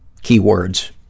keywords